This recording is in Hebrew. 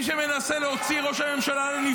העבריינים הם מי שמנסים להוציא את ראש הממשלה לנבצרות.